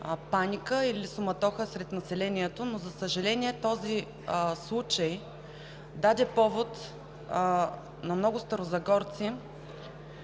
паника или суматоха сред населението. За съжаление, този случай даде повод на много старозагорци